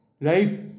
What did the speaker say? life